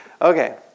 Okay